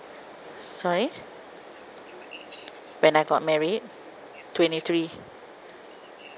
sorry when I got married twenty three